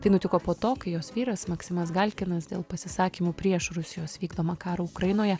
tai nutiko po to kai jos vyras maksimas galkinas dėl pasisakymų prieš rusijos vykdomą karą ukrainoje